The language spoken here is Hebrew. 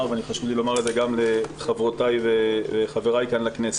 וחשוב לי לומר את זה גם לחברותיי וחבריי בכנסת.